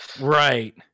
Right